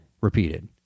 repeated